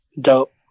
Dope